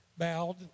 bowed